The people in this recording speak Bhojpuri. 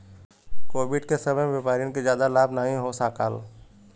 कोविड के समय में व्यापारियन के जादा लाभ नाहीं हो सकाल